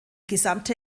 gesamte